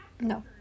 No